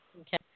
Okay